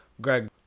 Greg